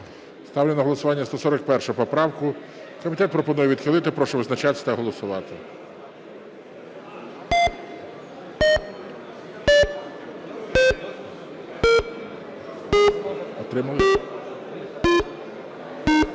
Ставлю на голосування 137 поправку. Комітет пропонує відхилити. Прошу визначатись та голосувати. 13:19:29